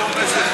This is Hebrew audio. רמדאן,